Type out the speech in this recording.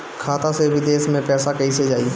खाता से विदेश मे पैसा कईसे जाई?